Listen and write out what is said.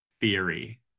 theory